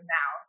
now